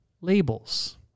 labels